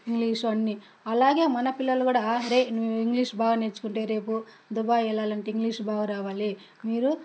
English అన్నీ అలాగే మన పిల్లలు కూడా రేయ్ నువ్వు ఇంగ్లీష్ బాగా నేర్చుకుంటే రేపు దుబాయ్ వెళ్ళాలంటే ఇంగ్లీష్ బాగా రావాలి